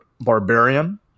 Barbarian